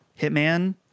Hitman